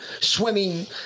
swimming